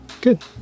Good